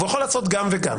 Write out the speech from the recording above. והוא יכול לעשות גם וגם,